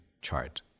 chart